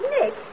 Nick